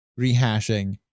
rehashing